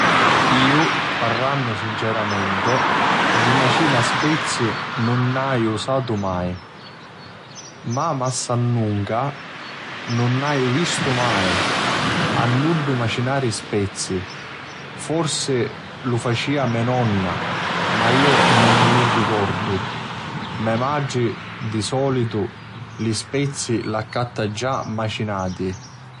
Iu, parrannu sinceramenti, di macina spezzi nun aiu usato mai, ma masannunca nun aiu vistu mai a nuddu macinari spezzi. Forsi lu facia me nonna ma iu nun mi lu ricordu. Me matri, di sòlitu, li spezzi l'accatta già macinati.